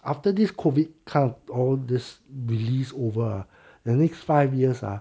after this COVID come all this released over ah the next five years ah